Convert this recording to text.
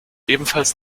ebenfalls